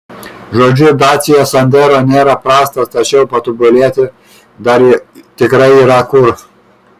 žodžiu dacia sandero nėra prastas tačiau patobulėti dar tikrai yra kur